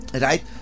right